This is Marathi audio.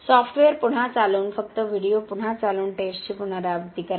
सॉफ्टवेअर पुन्हा चालवून फक्त व्हिडिओ पुन्हा चालवून टेस्टची पुनरावृत्ती करा